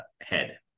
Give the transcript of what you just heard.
head